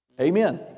Amen